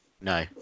No